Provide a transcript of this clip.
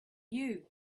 you